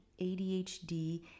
ADHD